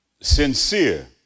Sincere